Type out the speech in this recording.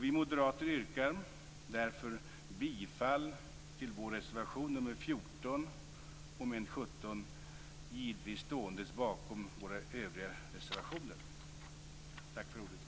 Vi moderater yrkar därför bifall till vår reservation nr 14 under mom. 17, och står givetvis bakom våra övriga reservationer. Tack för ordet!